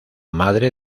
madre